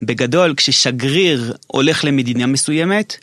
בגדול, כששגריר הולך למדינה מסוימת